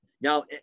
Now